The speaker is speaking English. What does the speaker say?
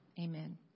amen